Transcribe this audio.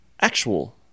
actual